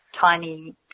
tiny